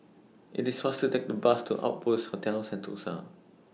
IT IS faster to Take The Bus to Outpost Hotel Sentosa